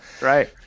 Right